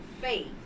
faith